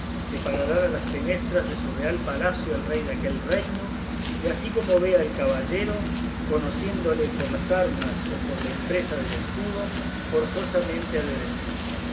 se parará a las fenestras de su real palacio el rey de aquel reino y así como vea al caballero conociéndole por las armas o por la empresa del escudo forzosamente ha de decir